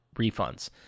refunds